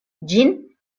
ĝin